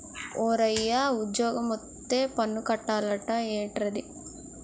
ఓరయ్యా ఉజ్జోగమొత్తే పన్ను కట్టాలట ఏట్రది